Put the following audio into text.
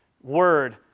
word